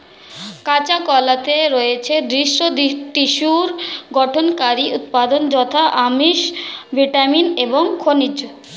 কাঁচা কলাতে রয়েছে দৃঢ় টিস্যুর গঠনকারী উপাদান যথা আমিষ, ভিটামিন এবং খনিজ